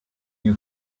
you